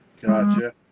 gotcha